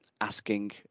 asking